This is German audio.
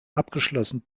abgeschlossen